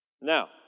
Now